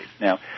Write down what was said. Now